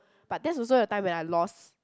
but that's also the time when I lost